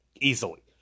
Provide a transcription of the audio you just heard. easily